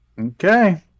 Okay